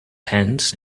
hands